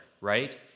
right